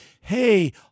Hey